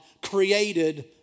created